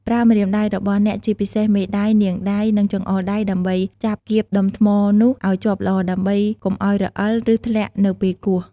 ប្រើម្រាមដៃរបស់អ្នកជាពិសេសមេដៃ នាងដៃ និងចង្អុលដៃ ដើម្បីចាប់គៀបដុំថ្មនោះឲ្យជាប់ល្អ ដើម្បីកុំឲ្យរអិល ឬធ្លាក់នៅពេលគោះ។